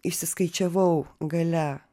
išsiskaičiavau gale